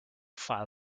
file